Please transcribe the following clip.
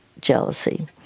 jealousy